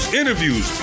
interviews